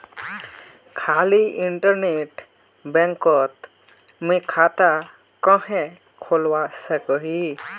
खाली इन्टरनेट बैंकोत मी खाता कन्हे खोलवा सकोही?